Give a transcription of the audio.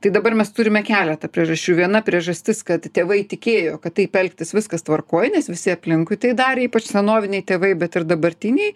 tai dabar mes turime keletą priežasčių viena priežastis kad tėvai tikėjo kad taip elgtis viskas tvarkoj nes visi aplinkui tai darė ypač senoviniai tėvai bet ir dabartiniai